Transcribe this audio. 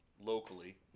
locally